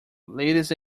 ladies